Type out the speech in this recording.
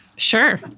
Sure